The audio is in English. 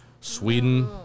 Sweden